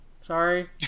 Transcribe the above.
Sorry